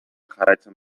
jarraitzen